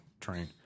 train